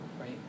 Right